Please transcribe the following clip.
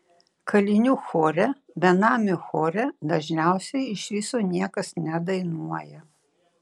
kalinių chore benamių chore dažniausiai iš viso niekas nedainuoja